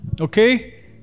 okay